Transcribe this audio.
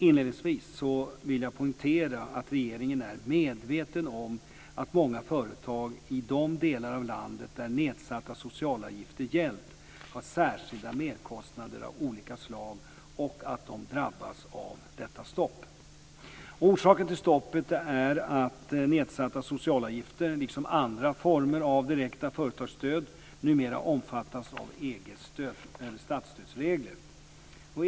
Inledningsvis vill jag poängtera att regeringen är medveten om att många företag i de delar av landet där nedsatta socialavgifter gällt har särskilda merkostnader av olika slag och att de drabbas av detta stopp. Orsaken till stoppet är att nedsatta socialavgifter, liksom andra former av direkta företagsstöd, numera omfattas av EG:s statsstödsregler.